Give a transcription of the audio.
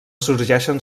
sorgeixen